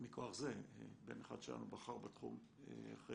מכוח זה בן אחד שלנו בחר בתחום אחרי